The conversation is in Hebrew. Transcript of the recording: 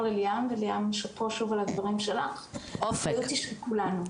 לדברים של ליאם.